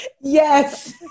Yes